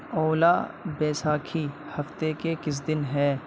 اولا بیساکھی ہفتے کے کس دن ہے